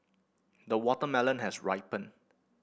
the watermelon has ripened